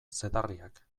zedarriak